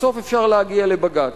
בסוף אפשר להגיע לבג"ץ.